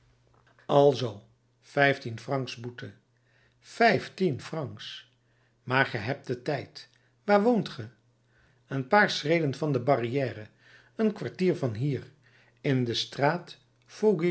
alzoo vijftien francs boete vijftien francs maar ge hebt den tijd waar woont ge een paar schreden van de barrière een kwartier van hier in de straat